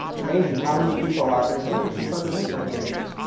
it's amazing how many people out there, including some presidential candidates,